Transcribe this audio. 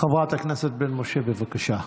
חברת הכנסת בן משה, בבקשה.